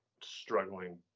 struggling